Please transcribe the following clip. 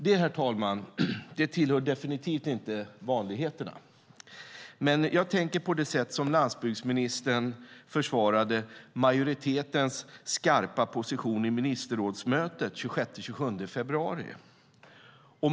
Det, herr talman, tillhör definitivt inte vanligheterna, men jag tänker på det sätt på vilket landsbygdsministern försvarade majoritetens skarpa position i ministerrådsmötet den 26-27 februari.